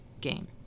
game